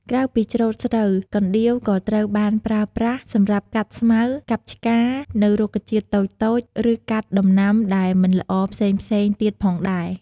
ក្រៅពីច្រូតស្រូវ កណ្ដៀវក៏ត្រូវបានប្រើប្រាស់សម្រាប់កាត់ស្មៅ កាប់ឆ្កានៅរុក្ខជាតិតូចៗ ឬកាត់ដំណាំដែលមិនល្អផ្សេងៗទៀតផងដែរ។